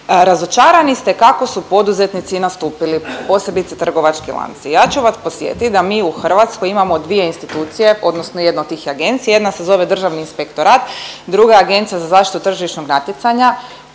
Razočarani ste kako su poduzetnici nastupili, posebice trgovački lanci. Ja ću vas podsjetiti da mi u Hrvatskoj imamo dvije institucije odnosno jedno od tih je agencija, jedno se zove Državni inspektorat, druga Agencija za zaštitu tržišnog natjecanja